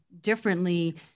differently